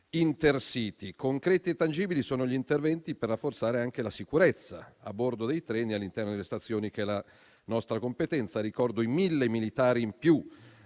Intercity. Concreti e tangibili sono gli interventi per rafforzare anche la sicurezza a bordo dei treni e all'interno delle stazioni, di nostra competenza. Ricordo i 1.000 militari in più